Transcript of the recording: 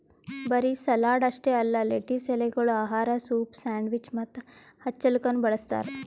ಬರೀ ಸಲಾಡ್ ಅಷ್ಟೆ ಅಲ್ಲಾ ಲೆಟಿಸ್ ಎಲೆಗೊಳ್ ಆಹಾರ, ಸೂಪ್, ಸ್ಯಾಂಡ್ವಿಚ್ ಮತ್ತ ಹಚ್ಚಲುಕನು ಬಳ್ಸತಾರ್